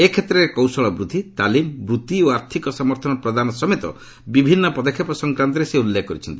ଏ କ୍ଷେତ୍ରରେ କୌଶଳ ବୃଦ୍ଧି ତାଲିମ୍ ବୃତ୍ତି ଓ ଆର୍ଥିକ ସମର୍ଥନ ପ୍ରଦାନ ସମେତ ବିଭିନ୍ନ ପଦକ୍ଷେପ ସଂକ୍ରାନ୍ତରେ ସେ ଉଲ୍ଲେଖ କରିଛନ୍ତି